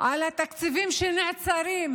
על התקציבים שנעצרים,